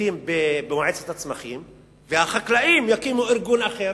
זיתים במועצת הצמחים, והחקלאים יקימו ארגון אחר.